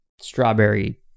strawberry